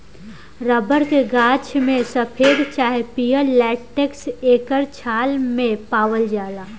rubber के गाछ में सफ़ेद चाहे पियर लेटेक्स एकर छाल मे पावाल जाला